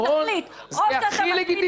זה הכי לגיטימי.